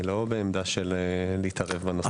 אני לא בעמדה של להתערב בנושא.